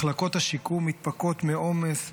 מחלקות השיקום מתפקעות מעומס,